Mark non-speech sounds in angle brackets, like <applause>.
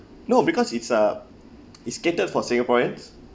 no because it's uh <noise> it's catered for singaporeans